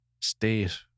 state